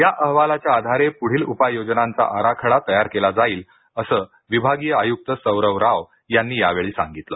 या अहवालाच्या आधारे पुढील उपाय योजनांचा आराखडा तयार केला जाईल असं विभागीय आयुक्त सौरव राव यांनी यावेळी सांगितलं